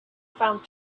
found